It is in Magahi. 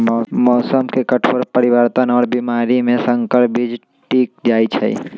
मौसम के कठोर परिवर्तन और बीमारी में संकर बीज टिक जाई छई